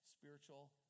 spiritual